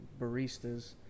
baristas